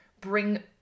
bring